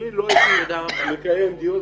אני לא הייתי מקיים דיון,